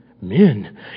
men